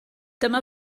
dyma